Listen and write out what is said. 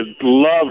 love